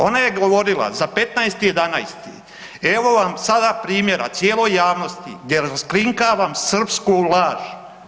Ona je govorila za 15.11. evo vam sada primjera cijeloj javnosti gdje raskrinkavam srpsku laž.